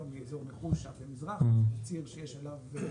מאזור נחושה ומזרחה שזה ציר שיש עליו קושי,